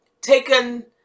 taken